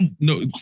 No